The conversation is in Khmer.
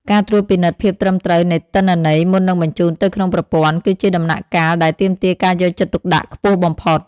ការត្រួតពិនិត្យភាពត្រឹមត្រូវនៃទិន្នន័យមុននឹងបញ្ជូនទៅក្នុងប្រព័ន្ធ គឺជាដំណាក់កាលដែលទាមទារការយកចិត្តទុកដាក់ខ្ពស់បំផុត។